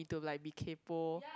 to like be kaypoh